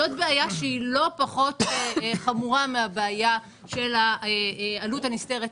זו בעיה שהיא לא פחות חמורה מהבעיה של העלות הנסתרת הנוספת,